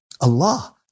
Allah